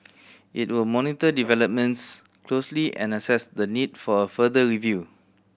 it will monitor developments closely and assess the need for a further review